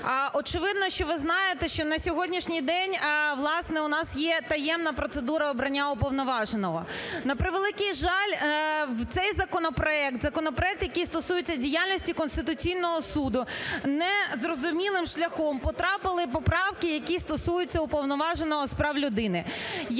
очевидно, що ви знаєте, що на сьогоднішній день, власне, у нас є таємна процедура обрання уповноваженого. На превеликий жаль, в цей законопроект, законопроект, який стосується діяльності Конституційного Суду, незрозумілим шляхом потрапили поправки, які стосуються Уповноваженого з прав людини.